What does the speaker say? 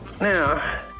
Now